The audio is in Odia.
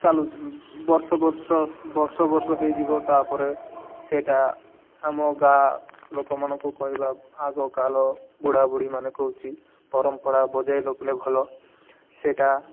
ଚାଲୁଛୁ ବର୍ଷ ବର୍ଷ ବର୍ଷ ବର୍ଷ ହେଇଯିବ ତାପରେ ସେଇଟା ଆମ ଗାଁ ଲୋକମାନଙ୍କୁ କହିବା ଆଗକାଳ ବୁଢ଼ା ବୁଢ଼ୀ ମାନେ କହୁଛି ପରମ୍ପରା ବଜାଇ ରଖିଲେ ଭଲ ସେଇଟା